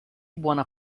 buona